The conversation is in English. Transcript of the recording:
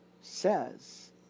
says